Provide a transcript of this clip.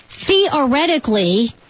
Theoretically